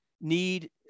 need